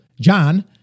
John